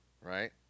Right